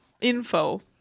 info